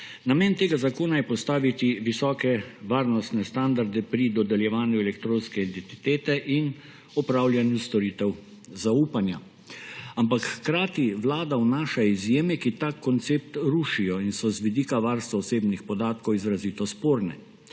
Namen tega zakona je postaviti visoke varnostne standarde pri dodeljevanju elektronske identitete in opravljanju storitev zaupanja. Ampak hkrati Vlada vnaša izjeme, ki ta koncept rušijo in so z vidika varstva osebnih podatkov izrazito sporne.